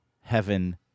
heaven